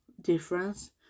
difference